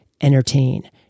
entertain